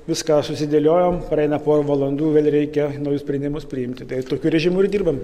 viską susidėliojom praeina pora valandų vėl reikia naujus sprendimus priimti tai tokiu režimu ir dirbam